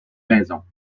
maisons